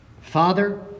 Father